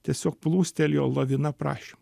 tiesiog plūstelėjo lavina prašymų